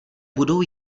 budou